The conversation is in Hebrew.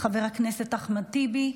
חבר הכנסת אחמד טיבי,